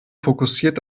fokussiert